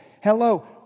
Hello